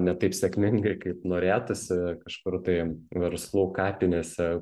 ne taip sėkmingai kaip norėtųsi kažkur tai verslų kapinėse